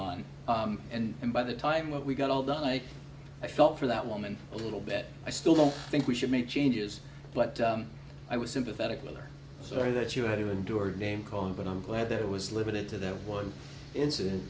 on and by the time what we got all done like i felt for that woman a little bit i still don't think we should make changes but i was sympathetic with her so far that you had to endure name calling but i'm glad that it was limited to that one incident